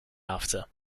after